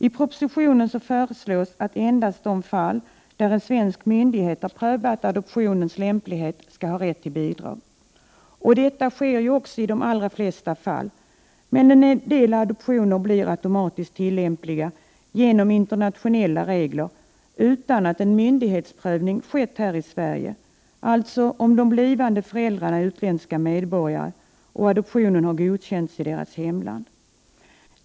I propositionen föreslås att man endast i de fall där en svensk myndighet har prövat adoptionens lämplighet skall ha rätt till bidrag. Detta sker också oftast, men en del adoptioner blir automatiskt tillämpliga genom internationella regler, utan att en myndighetsprövning skett här i Sverige, alltså om de blivande föräldrarna är utländska medborgare och adoptionen har godkänts i deras hemland.